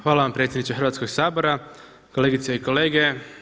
Hvala vam predsjedniče Hrvatskog sabora, kolegice i kolege.